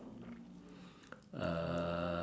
uh